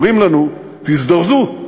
אומרים לנו: תזדרזו,